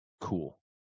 cool